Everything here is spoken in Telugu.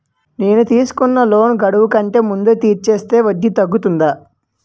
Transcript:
నేను తీసుకున్న లోన్ గడువు కంటే ముందే తీర్చేస్తే వడ్డీ తగ్గుతుందా?